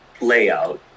layout